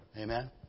Amen